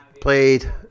played